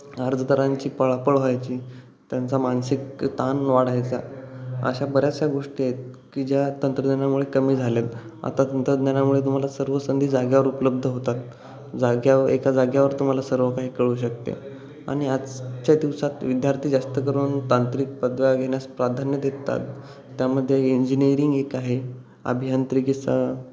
अर्जदारांची पळापळ व्हायची त्यांचा मानसिक ताण वाढायचा अशा बऱ्याचशा गोष्टी आहेत की ज्या तंत्रज्ञानामुळे कमी झाल्या आहेत तंत्रज्ञानामुळे तुम्हाला सर्व संधी जागेवर उपलब्ध होतात जाग्याव एका जागेवर तुम्हाला सर्व काही कळू शकते आणि आजच्या दिवसात विद्यार्थी जास्त करून तांत्रिक पदव्या घेण्यास प्राधान्य देतात त्यामध्ये इंजिनिअरिंग एक आहे अभियांत्रिकीचा